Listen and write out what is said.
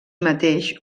mateix